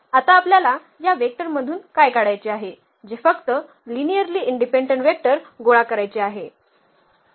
आता आपल्याला या वेक्टरमधून काय काढायचे आहे जे फक्त लिनियर्ली इनडिपेंडंट वेक्टर गोळा करायचे आहे